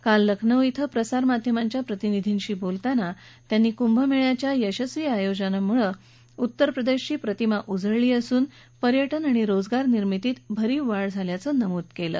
काल लखनौ क्रें प्रसार माध्यमाच्या प्रतिनिधींशी बोलताना योगी यांनी कुंभमेळ्याच्या यशस्वी आयोजनामुळे उत्तर प्रदेशाची प्रतिमा उजळली असून पर्यटन तसंच रोजगार निर्मितीत भरीव वाढ झाल्याचं नमूद केलं